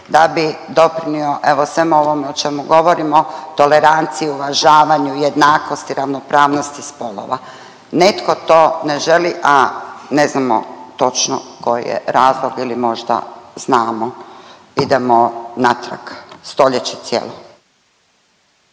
da bi doprinjeo evo svem ovome o čemu govorimo, toleranciji, uvažavanju, jednakosti, ravnopravnosti spolova. Netko to ne želi, a ne znamo točno koji je razlog ili možda znamo, idemo natrag stoljeće cijelo.